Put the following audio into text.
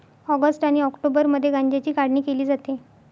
August आणि ऑक्टोबरमध्ये गांज्याची काढणी केली जाते